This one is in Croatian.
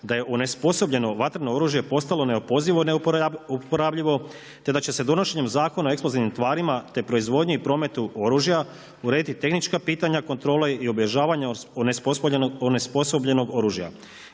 da je onesposobljeno vatreno oružje postalo neopozivo neuporabljivo, te da će se donošenjem Zakona o eksplozivnim tvarima te proizvodnji i prometu oružja, urediti tehnička pitanja kontrole i obilježavanja onesposobljenog oružja.